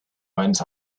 went